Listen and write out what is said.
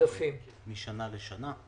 עודפים משנה לשנה.